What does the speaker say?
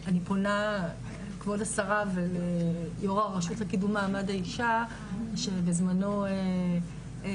אני פונה לכבוד השרה וליו"ר הרשות לקידום מעמד האישה כאשר בזמנו מינתה